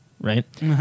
right